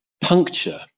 puncture